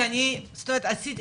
יעשו לי חקירות יהדות,